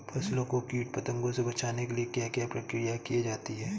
फसलों को कीट पतंगों से बचाने के लिए क्या क्या प्रकिर्या की जाती है?